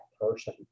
person